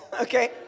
okay